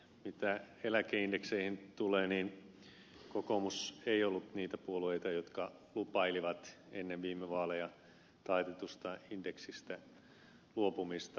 mitä eläkeindekseihin tulee niin kokoomus ei ollut niitä puolueita jotka lupailivat ennen viime vaaleja taitetusta indeksistä luopumista